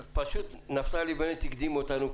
נפתלי בנט הקדים אותנו,